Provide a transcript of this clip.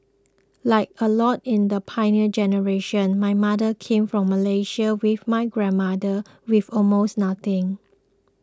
like a lot in the Pioneer Generation my mother came from Malaysia with my grandmother with almost nothing